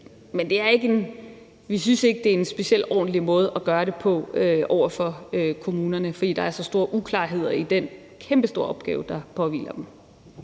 Men vi synes ikke, at det er en specielt ordentlig måde at gøre det på over for kommunerne. For der er så store uklarheder i den kæmpestore opgave, der påhviler dem.